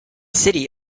city